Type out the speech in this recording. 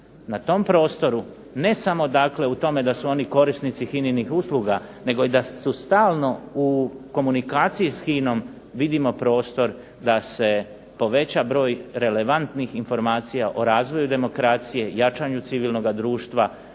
Na tom prostoru, ne samo dakle u tome da su oni korisnici HINA-inih usluga nego i da su stalno u komunikaciji s HINA-om vidimo prostor da se poveća broj relevantnih informacija o razvoju demokracije, jačanju civilnoga društva,